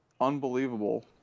unbelievable